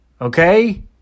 okay